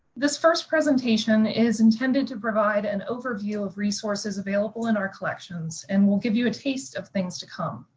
this first presentation is intended to provide an overview of resources available in our collections. and we'll give you a taste of things to come.